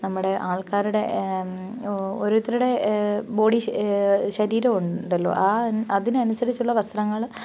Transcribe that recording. നമ്മുടെ ആൾക്കാരുടെ ഓരോരുത്തരുടെ ബോഡി ശരീരം ഉണ്ടല്ലോ ആ അതിനനുസരിച്ചുള്ള വസ്ത്രങ്ങൾ